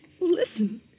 Listen